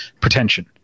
pretension